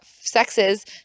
sexes